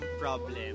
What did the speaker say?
problem